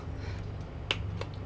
what